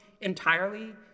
entirely